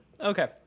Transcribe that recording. Okay